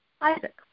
Isaac